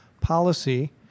Policy